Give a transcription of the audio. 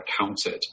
counted